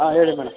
ಹಾಂ ಹೇಳಿ ಮೇಡಮ್